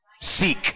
Seek